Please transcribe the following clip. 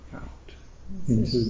out